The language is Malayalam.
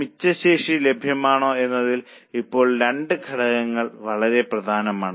മിച്ച ശേഷി ലഭ്യമാണോ എന്നതിൽ ഇപ്പോൾ രണ്ട് ഘടകങ്ങൾ വളരെ പ്രധാനമാണ്